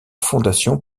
fondation